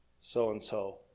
so-and-so